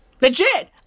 Legit